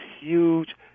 huge